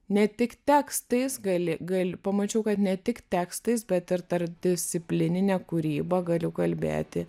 ne tik tekstais gali gal pamačiau kad ne tik tekstais bet ir tarpdisciplinine kūryba galiu kalbėti